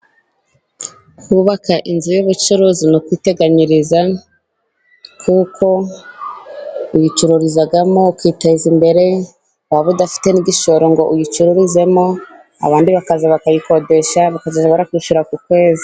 Kubaka inzu y'ubucuruzi ni ukwiteganyiriza kuko uyicururizamo ukiteza imbere waba udafite n'igishoro ngo uyicururizemo abandi bakaza bakayikodesha bakajya bakwishyura ku kwezi.